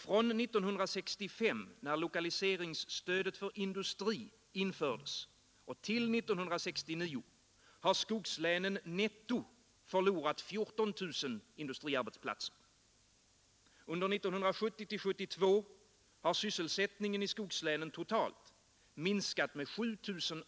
Från 1965, när lokaliseringsstödet för industri infördes, till 1969 har skogslänen netto förlorat 14 000 industriarbetsplatser. Under 1970-1972 har sysselsättningen i skogslänen totalt minskat med 7